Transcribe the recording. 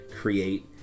create